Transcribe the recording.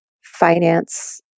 finance